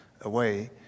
away